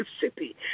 city